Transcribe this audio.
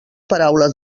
paraules